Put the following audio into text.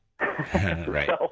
Right